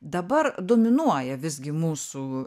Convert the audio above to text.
dabar dominuoja visgi mūsų